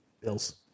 Bills